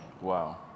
Wow